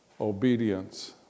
obedience